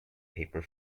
paper